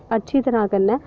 अच्छी तरहां कन्नै